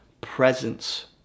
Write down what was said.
presence